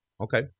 Okay